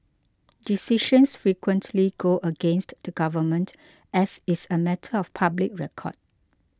decisions frequently go against the government as is a matter of public record